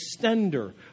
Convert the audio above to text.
extender